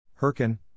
Herkin